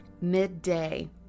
Midday